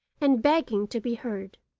and begging to be heard.